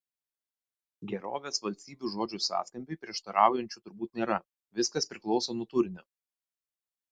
gerovės valstybės žodžių sąskambiui prieštaraujančių turbūt nėra viskas priklauso nuo turinio